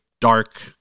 dark